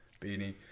beanie